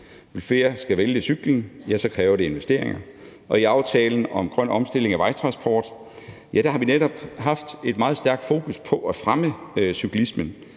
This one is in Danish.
Hvis flere skal vælge cyklen, kræver det investeringer. Og i aftalen om grøn omstilling af vejtransport har vi netop haft et meget stærkt fokus på at fremme cyklismen,